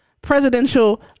presidential